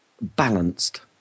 Balanced